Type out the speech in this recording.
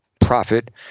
profit